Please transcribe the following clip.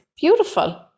Beautiful